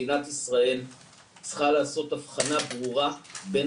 מדינת ישראל צריכה לעשות אבחנה ברורה בין